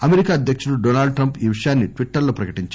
America అధ్యకుడు Donald Trump ఈ విషయాన్ని ట్విట్టర్ లో ప్రకటించారు